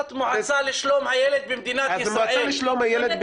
זו המועצה לשלום הילד במדינת ישראל.